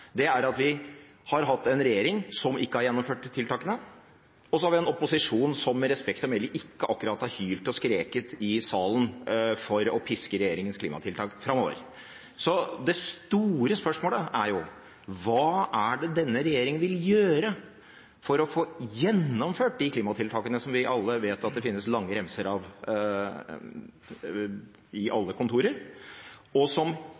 er at vi har hatt en regjering som ikke har gjennomført tiltakene, og så har vi en opposisjon som med respekt å melde ikke akkurat har hylt og skreket i salen for å piske regjeringens klimatiltak framover. Så det store spørsmålet er: Hva er det denne regjeringen vil gjøre for å få gjennomført de klimatiltakene som vi alle vet at det finnes lange remser av i alle kontorer, og som